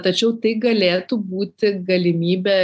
tačiau tai galėtų būti galimybė